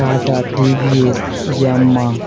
Tata TVS Yamaha